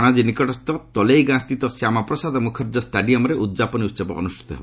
ପଣକି ନିକଟସ୍କୁ ତଲେଇଗାଁ ସ୍ଥିତ ଶ୍ୟାମପ୍ରସାଦ ମୁଖାର୍ଚ୍ଚୀ ଷ୍ଟାଡିୟମ୍ରେ ଉଦ୍ଯାପନୀ ଉତ୍ସବ ଅନୁଷ୍ଠିତ ହେବ